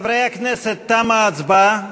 חברי הכנסת, תמה ההצבעה.